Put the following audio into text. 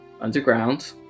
underground